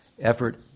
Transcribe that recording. effort